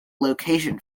location